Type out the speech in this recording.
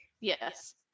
Yes